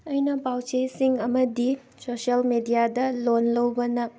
ꯑꯩꯅ ꯄꯥꯎꯆꯦꯁꯤꯡ ꯑꯃꯗꯤ ꯁꯣꯁꯤꯌꯦꯜ ꯃꯦꯗꯤꯌꯥꯗ ꯂꯣꯟ ꯂꯧꯕꯅ